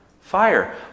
fire